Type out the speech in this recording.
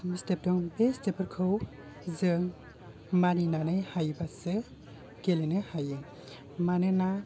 step दं बे स्टेपफोरखौ जों मानिनानै हायोबासो गेलेनो हायो मानोना